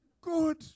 Good